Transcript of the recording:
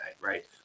right